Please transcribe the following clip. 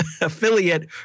affiliate